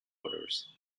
waters